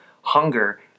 hunger